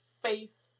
faith